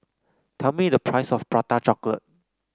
tell me the price of Prata Chocolate